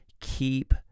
keep